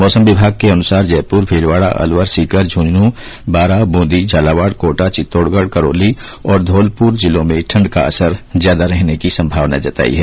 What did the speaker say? मौसम विभाग ने जयपुर भीलवाडा अलवर सीकर झुंझुन् बारां बूंदी झालावाड कोटा चित्तौडगढ करौली और धौलपुर जिलों में ठण्ड का असर ज्यादा रहने की संभावना जताई है